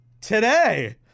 today